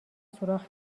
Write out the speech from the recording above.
سوراخ